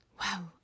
Wow